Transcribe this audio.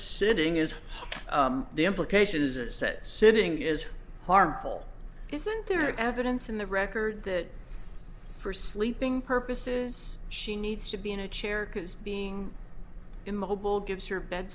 sitting is the implication is a set sitting is harmful isn't there evidence in the record that for sleeping purposes she needs to be in a chair because being immobile gives her bed